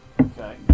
Okay